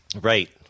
right